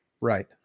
Right